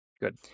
good